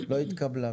לא התקבלה.